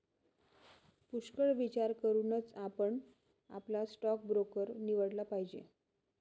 पुष्कळ विचार करूनच आपण आपला स्टॉक ब्रोकर निवडला पाहिजे